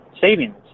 savings